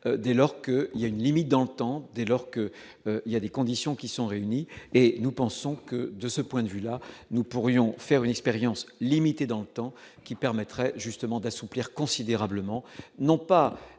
dès lors que, il y a une limite dans le temps, dès lors que, il y a des conditions qui sont réunies et nous pensons que de ce point de vue-là, nous pourrions faire une expérience limitée dans le temps, qui permettrait justement d'assouplir considérablement, non pas